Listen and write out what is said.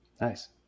Nice